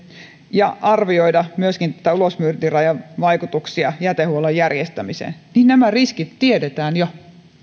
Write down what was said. ja arvioida myöskin ulosmyyntirajan vaikutuksia jätehuollon järjestämiseen niin nämä riskit tiedetään jo